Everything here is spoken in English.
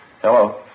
Hello